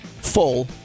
full